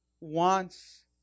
wants